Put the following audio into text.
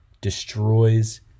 destroys